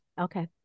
Okay